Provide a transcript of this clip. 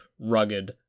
rugged